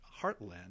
heartland